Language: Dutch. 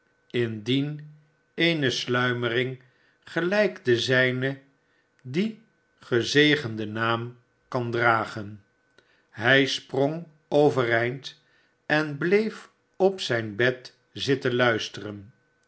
indien eene sluimering gelijk de zijne dien gezegenden naam kan dragen hij sprong overeind en bleef op zijn bed zitten luisteren